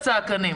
יכול לצעוק.